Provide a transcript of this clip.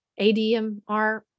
ADMR